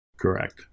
Correct